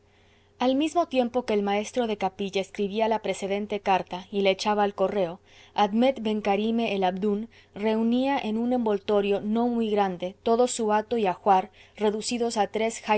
al mismo tiempo que el maestro de capilla escribía la precedente carta y la echaba al correo admet ben carime el abdoun reunía en un envoltorio no muy grande todo su hato y ajuar reducidos a tres